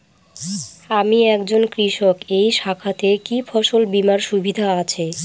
আমি একজন কৃষক এই শাখাতে কি ফসল বীমার সুবিধা আছে?